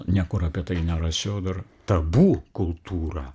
niekur apie tai nerašiau dar tabu kultūra